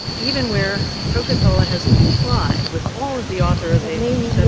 even where coca-cola has complied with all of the authorizations and